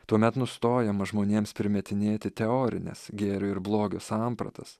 tuomet nustojama žmonėms primetinėti teorines gėrio ir blogio sampratas